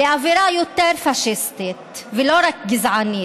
לאווירה יותר פאשיסטית ולא רק גזענית,